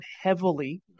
heavily